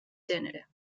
gènere